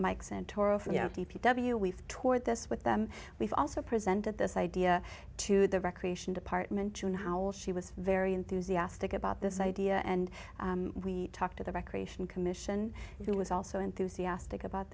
p w we've toured this with them we've also presented this idea to the recreation department you know how old she was very enthusiastic about this idea and we talked to the recreation commission who was also enthusiastic about